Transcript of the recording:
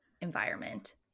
environment